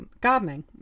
gardening